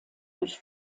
durch